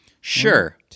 Sure